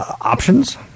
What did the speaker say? options